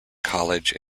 college